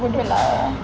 bodoh lah